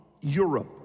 Europe